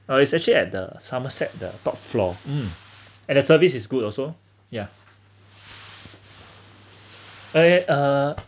uh it's actually at the somerset the top floor and the service is good also yeah I uh